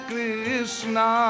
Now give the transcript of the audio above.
Krishna